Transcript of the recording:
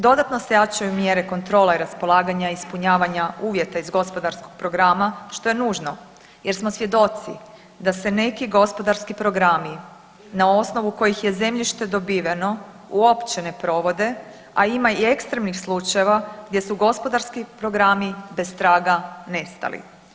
Dodatno se jačaju mjere kontrole raspolaganja ispunjavanja uvjeta iz gospodarskog programa što je nužno jer smo svjedoci da se neki gospodarski programi na osnovu kojih je zemljište dobiveno uopće ne provode, a ima i ekstremnih slučajeva gdje su gospodarski programi bez traga nestali.